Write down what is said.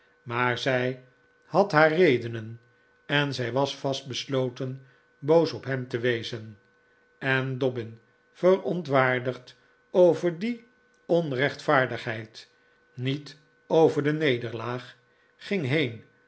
maar zij had haar redenen en zij was vast besloten boos op hem te wezen en dobbin verontwaardigd over die onrechtvaardigheid niet over de nederlaag ging heen